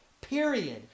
period